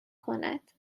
کند